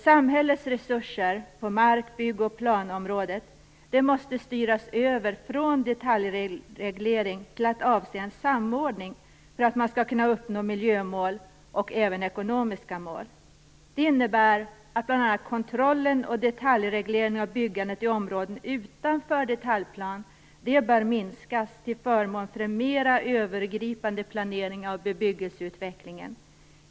Samhällets resurser på mark-, bygg och planområdet måste styras över från detaljreglering till att avse en samordning för att uppnå miljömål och även ekonomiska mål. Det innebär att bl.a. kontrollen och detaljregleringen av byggandet i områden utanför detaljplan bör minskas till förmån för en mer övergripande planering av bebyggelseutvecklingen.